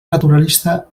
naturalista